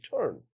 return